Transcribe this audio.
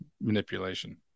manipulation